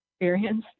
experience